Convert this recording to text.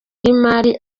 y’imari